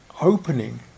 opening